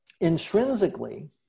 intrinsically